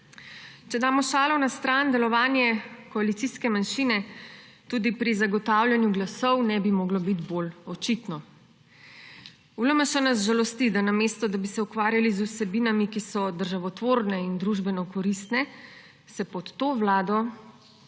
Če damo šalo na stran, delovanje koalicijske manjšine tudi pri zagotavljanju glasov ne bi moglo biti bolj očitno. V LMŠ nas žalosti, da namesto, da bi se ukvarjali z vsebinami, ki so državotvorne in družbeno koristne, se pod to vlado kar